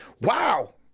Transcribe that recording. wow